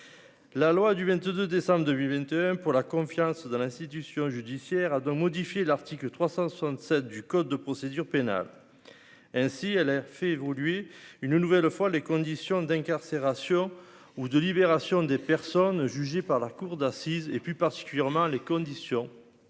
la loi du 22 décembre 2021 pour la confiance dans l'institution judiciaire a de modifier l'article 367 du code de procédure pénale ainsi à la R fait évoluer une nouvelle fois les conditions d'incarcération ou de libération des personnes jugées par la cour d'assises, et plus particulièrement les conditions